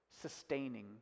sustaining